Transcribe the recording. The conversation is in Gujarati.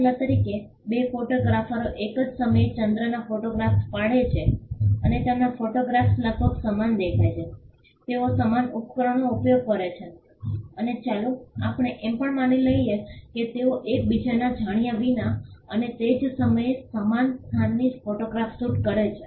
દાખલા તરીકે બે ફોટોગ્રાફરો એક જ સમયે ચંદ્રના ફોટોગ્રાફ પાડે છે અને તેમના ફોટોગ્રાફ્સ લગભગ સમાન દેખાય છે તેઓ સમાન ઉપકરણોનો ઉપયોગ કરે છે અને ચાલો આપણે એમ પણ માની લઈએ કે તેઓ એકબીજાના જાણ્યા વિના અને તે જ સમયે સમાન સ્થાનથી ફોટોગ્રાફ શૂટ કરે છે